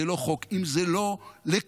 זה לא חוק אם זה לא לכולם.